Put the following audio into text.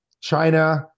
China